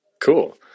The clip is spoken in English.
Cool